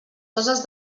coses